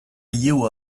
you